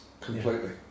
completely